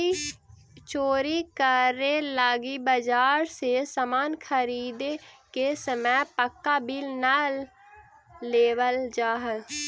चोरी करे लगी बाजार से सामान ख़रीदे के समय पक्का बिल न लेवल जाऽ हई